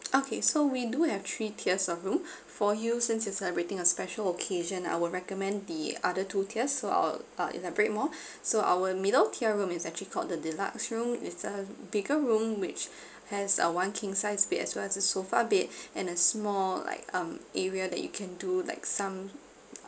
okay so we do have three tiers of room for you since it's celebrating a special occasion I will recommend the other two tiers so I'll I'll elaborate more so our middle tier room is actually called the deluxe room it's a bigger room which has a one king size bed as well as a sofa bed and a small like um area that you can do like some